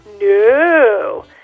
No